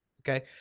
okay